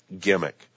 gimmick